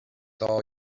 all